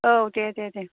औ दे दे दे